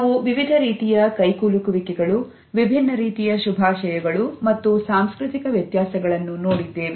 ನಾವು ವಿವಿಧ ರೀತಿಯ ಕೈಕುಲುಕುವಿಕೆಗಳು ವಿಭಿನ್ನ ರೀತಿಯ ಶುಭಾಶಯಗಳು ಮತ್ತು ಸಾಂಸ್ಕೃತಿಕ ವ್ಯತ್ಯಾಸಗಳನ್ನು ನೋಡಿದ್ದೇವೆ